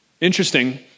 Interesting